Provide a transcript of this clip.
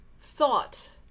thought